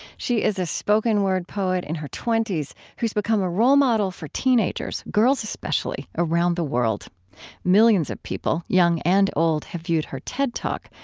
she is a spoken-word poet in her twenty s, who's become a role model for teenagers, girls especially, around the world millions of people, young and old, have viewed her ted talk,